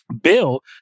Bill